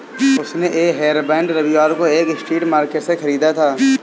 उसने ये हेयरबैंड रविवार को एक स्ट्रीट मार्केट से खरीदा था